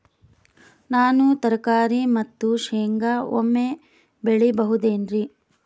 ನಾನು ತರಕಾರಿ ಮತ್ತು ಶೇಂಗಾ ಒಮ್ಮೆ ಬೆಳಿ ಬಹುದೆನರಿ?